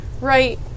right